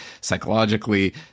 psychologically